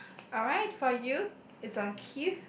alright for you it's on Keith